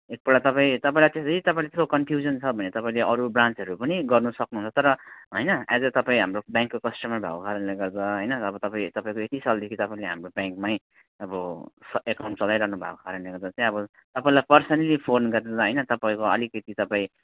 एकपल्ट तपाईँ तपाईँलाई त्यसरी तपाईँ कन्फ्युजन छ भने तपाईँले अरू ब्रान्चहरू पनि गर्नु सक्नुहुन्छ तर हैन आज तपाईँ हाम्रो ब्याङ्कको कस्टमर भएको कारणले गर्दा हैन अब तपाईँ तपाईँको यति सालदेखि तपाईँले हाम्रो ब्याङ्कमै अब सब एकाउन्ट चलाइरहनु भएको कारणले गर्दा चाहिँ अब तपाईँलाई पर्सनल्ली फोन गरेर हैन तपाईँको अलिकिति तपाईँ